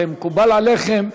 מקובל עליכם?